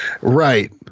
Right